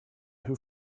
who